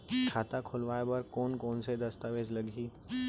खाता खोलवाय बर कोन कोन से दस्तावेज लागही?